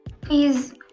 please